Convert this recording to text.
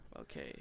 Okay